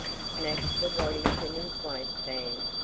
snatched the waddy from his waistband,